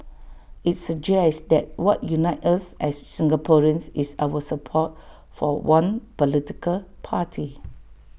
IT suggests that what unites us as Singaporeans is our support for one political party